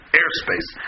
airspace